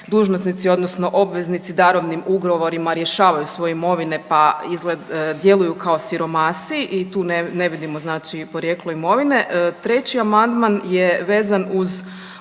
dužnosnici, odnosno obveznici darovnim ugovorima rješavaju svoje imovine pa djeluju kao siromasi i tu ne vidimo znači i porijeklo imovine. Treći amandman je vezan uz